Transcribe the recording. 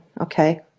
Okay